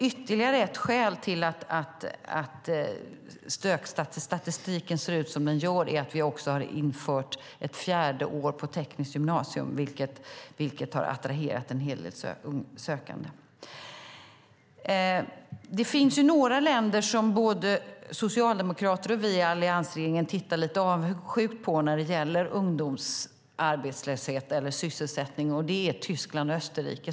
Ytterligare ett skäl till att statistiken ser ut som den gör är att vi har infört ett fjärde år på tekniskt gymnasium, vilket har attraherat en hel del sökande. Det finns två länder som både socialdemokrater och vi i alliansregeringen tittar lite avundsjukt på när det gäller arbetslöshet och sysselsättning bland ungdomar: Tyskland och Österrike.